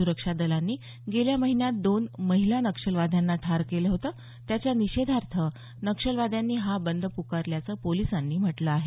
सुरक्षा दलांनी गेल्या महिन्यात दोन महिला नक्षलवाद्यांना ठार केलं होतं त्याच्या निषेधार्थ नक्षलवाद्यांनी हा बंद पुकारल्याचं पोलिसांनी म्हटलं आहे